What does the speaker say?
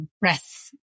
breath